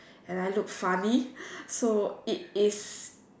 and I look funny so it is